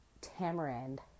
tamarind